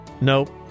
nope